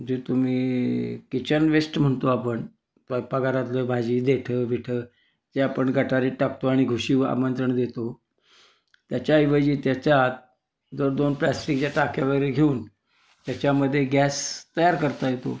जे तुम्ही kitchen waste म्हणतो आपण स्वयपाकघरातलं भाजी देठं विठं जे आपण गटारात टाकतो आणि घुशी आमंत्रण देतो त्याच्याऐवजी त्याच्यात जर दोन प्लॅस्टिकच्या टाक्या वगैरे घेऊन त्याच्यामध्ये गॅस तयार करता येतो